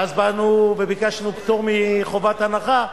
ואז באנו וביקשנו פטור מחובת הנחה,